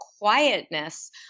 quietness